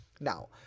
Now